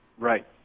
Right